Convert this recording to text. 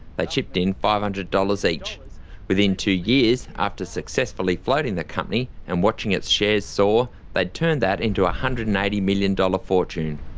they chipped in five hundred dollars each. within two years, after successfully floating the company and watching its shares soar, they had turned that into a one hundred and eighty million dollars fortune.